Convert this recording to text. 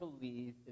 believe